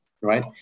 right